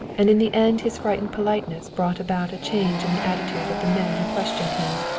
and in the end his frightened politeness brought about a change in the attitude of the men who questioned him.